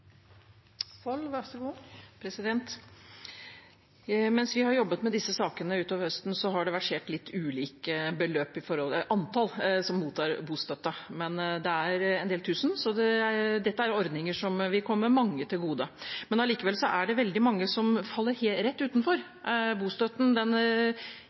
Mens vi har jobbet med disse sakene utover høsten, har det versert litt ulike tall over hvor mange som mottar bostøtte, men det er en del tusen, så dette er ordninger som vil komme mange til gode. Allikevel er det veldig mange som faller rett